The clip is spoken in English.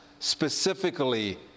Specifically